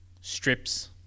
strips